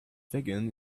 wagon